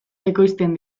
ekoizten